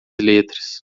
letras